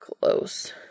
Close